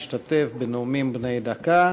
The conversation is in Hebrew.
מי שמעוניין להשתתף בנאומים בני דקה.